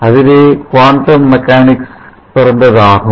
அதுவே quantum mechanics பிறந்தது ஆகும்